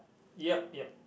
yup yup